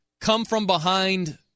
come-from-behind